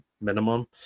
minimum